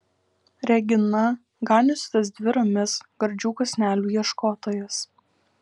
regina ganiusi tas dvi ramias gardžių kąsnelių ieškotojas